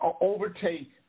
overtake